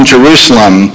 Jerusalem